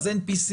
אז אין PCR,